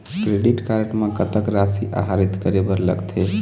Credit card म कतक राशि आहरित करे बर लगथे?